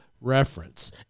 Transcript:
reference